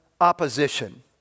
opposition